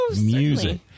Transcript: music